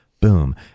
Boom